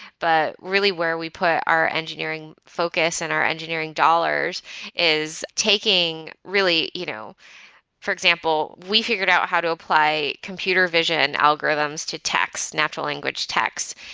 but really where we put our engineering focus and our engineering dollars is taking really you know for example, we figured out how to apply computer vision algorithms to text, natural language text,